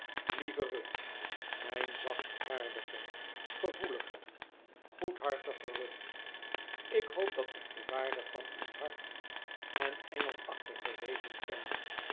lieve ruth mijn zachtaardige gevoelige goedhartige ruth ik hoop dat ik de waar de van uw hart en engelachtige wezen ken